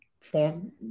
form